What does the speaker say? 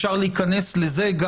אפשר להיכנס לזה.